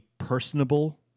personable